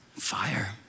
Fire